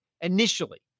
initially